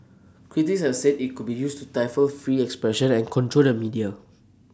critics have said IT could be used to stifle free expression and control the media